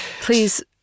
Please